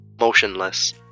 motionless